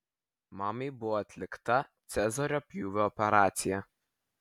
mamai buvo atlikta cezario pjūvio operacija